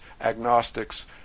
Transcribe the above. agnostics